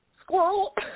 Squirrel